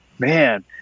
Man